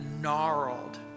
gnarled